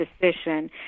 decision